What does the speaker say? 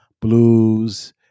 blues